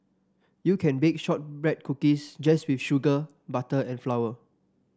you can bake shortbread cookies just with sugar butter and flour